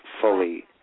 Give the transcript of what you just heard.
fully